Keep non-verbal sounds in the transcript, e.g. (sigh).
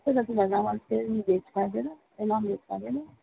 त्यही त तिनीहरू (unintelligible) भेज खाँदैन ए ननभेज खाँदैन